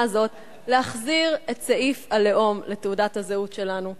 הזאת להחזרת סעיף הלאום לתעודת הזהות שלנו.